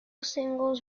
singles